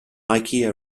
ikea